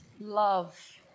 love